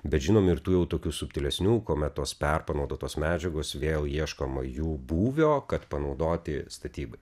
bet žinom ir tų jau tokių subtilesnių kuomet tos per panaudotos medžiagos vėl ieškoma jų būvio kad panaudoti statybai